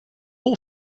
all